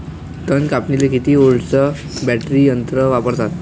तन कापनीले किती व्होल्टचं बॅटरी यंत्र वापरतात?